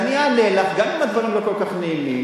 אני אענה לך, גם אם הדברים לא כל כך נעימים.